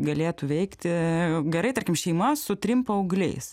galėtų veikti gerai tarkim šeima su trim paaugliais